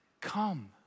Come